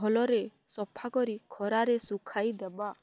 ଭଲରେ ସଫା କରି ଖରାରେ ଶୁଖାଇ ଦେବା